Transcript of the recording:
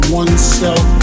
oneself